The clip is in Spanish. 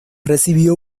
recibió